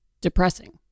Depressing